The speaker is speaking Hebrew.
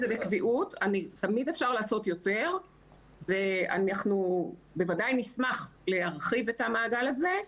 תמיד אפשר לעשות יותר ואנחנו בוודאי נשמח להרחיב את המעגל הזה,